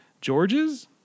George's